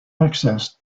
access